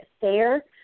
fair